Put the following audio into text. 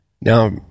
Now